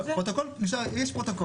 פרוטוקול נשאר, יש פרוטוקול.